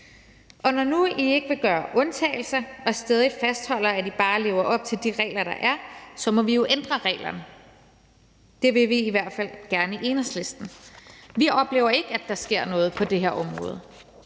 Moderaterne ikke vil gøre undtagelser og stædigt fastholder, at man bare lever op til de regler, der er, så må vi jo ændre reglerne. Det vil vi i hvert fald gerne i Enhedslisten. Vi oplever ikke, at der sker noget på det område.